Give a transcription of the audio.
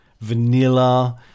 vanilla